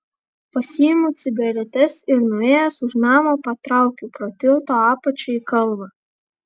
pasiimu cigaretes ir nuėjęs už namo patraukiu pro tilto apačią į kalvą